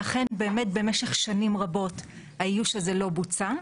אכן באמת במשך שנים רבות האיוש הזה לא בוצע.